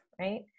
right